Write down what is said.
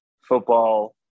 football